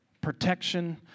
protection